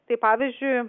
tai pavyzdžiui